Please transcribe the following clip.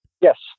Yes